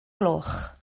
gloch